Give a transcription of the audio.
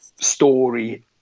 story